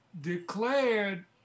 declared